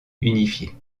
unifiée